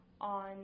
on